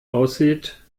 aussieht